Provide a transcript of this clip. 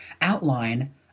outline